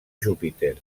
júpiter